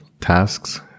tasks